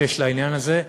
שיש לעניין הזה.